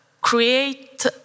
create